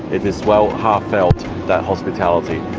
it is well heartfelt, that hospitality.